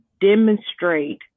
demonstrate